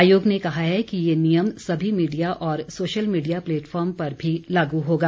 आयोग ने कहा है कि यह नियम सभी मीडिया और सोशल मीडिया प्लेटफार्म पर भी लागू होगा